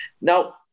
Now